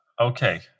Okay